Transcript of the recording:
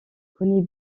connait